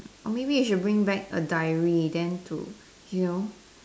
or maybe you should bring back a diary then to you know